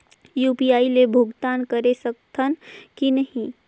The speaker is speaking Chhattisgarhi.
यू.पी.आई ले भुगतान करे सकथन कि नहीं?